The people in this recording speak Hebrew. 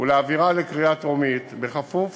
ולהעבירה לקריאה טרומית, בכפוף